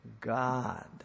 God